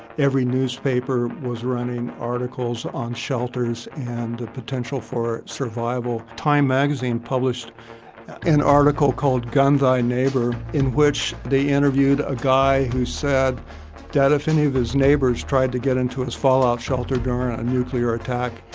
every newspaper was running articles on shelters and a potential for survival. time magazine published an article called, gun thy neighbor, in which they interviewed a guy who said that if he and knew his neighbors tried to get into his fallout shelter during a a nuclear attack,